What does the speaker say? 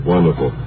Wonderful